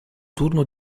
turno